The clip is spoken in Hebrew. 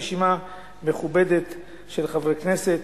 רשימה מכובדת של חברי כנסת,